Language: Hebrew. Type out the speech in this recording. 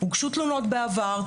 הוגשו תלונות בעבר.